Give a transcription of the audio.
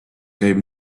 käib